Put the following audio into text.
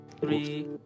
three